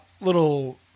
little